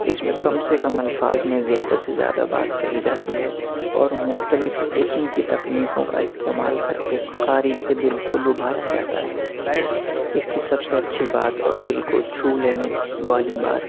اِس میں کم سے کم الفاظ میں زیادہ سے زیادہ بات کہی جاتی ہے اور مختلف قسم کی تکنیکوں کا استعمال کر کے قاری کے دل کو لبھایا جاتا ہے اِس کی سب سے اچھی بات اور دل کو چھو لینے والی بات